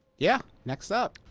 yeah! next up!